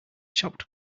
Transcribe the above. chopped